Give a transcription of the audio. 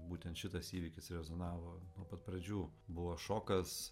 būtent šitas įvykis rezonavo nuo pat pradžių buvo šokas